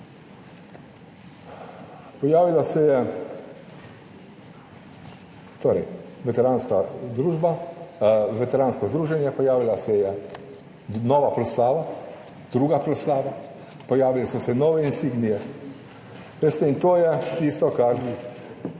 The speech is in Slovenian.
Pojavila se je torej veteranska družba, veteransko združenje, pojavila se je nova proslava, druga proslava, pojavile so se nove insignije. In to je tisto, kar